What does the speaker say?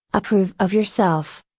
approve of yourself,